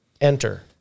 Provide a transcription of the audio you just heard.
Enter